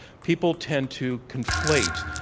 people tend to conflate